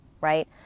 right